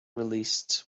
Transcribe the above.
released